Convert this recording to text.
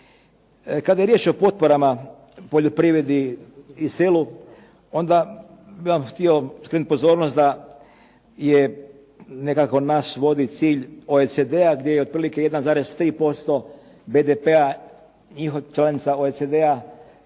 Kada je riječ o potporama poljoprivredi i selu onda bih vam htio skrenuti pozornost da je nekako naš cilj OECD-a gdje je otprilike 1,3% BDP-a … /Govornik se